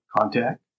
contact